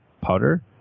powder